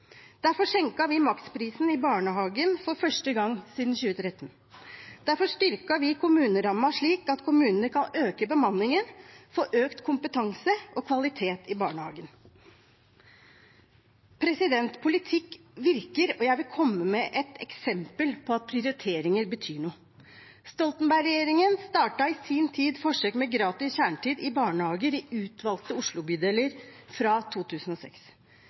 Derfor senket vi maksprisen i barnehagen for første gang siden 2013. Derfor styrket vi kommunerammen slik at kommunene kan øke bemanningen, få økt kompetansen og kvaliteten i barnehagen. Politikk virker, og jeg vil komme med et eksempel på at prioriteringer betyr noe. Stoltenberg-regjeringen startet i sin tid forsøk med gratis kjernetid i barnehager i utvalgte Oslo-bydeler fra 2006.